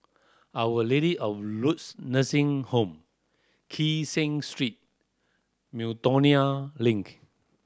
Our Lady of Lourdes Nursing Home Kee Seng Street Miltonia Link